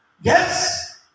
Yes